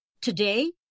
Today